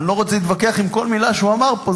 אני לא רוצה להתווכח עם כל מלה שהוא אמר פה,